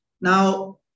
Now